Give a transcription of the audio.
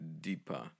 deeper